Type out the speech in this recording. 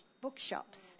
bookshops